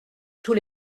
tous